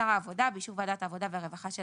שר העבודה באישור ועדת העבודה והרווחה של